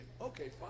Okay